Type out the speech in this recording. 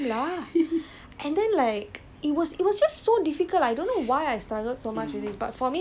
ரொம்ப:romba bad ah இருந்தது:irunthathu that was one of the worst I was falling all the time lah